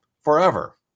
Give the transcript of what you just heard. forever